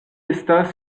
estas